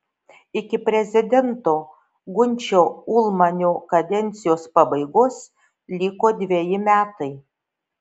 iki prezidento gunčio ulmanio kadencijos pabaigos liko dveji metai